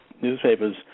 newspapers